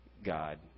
God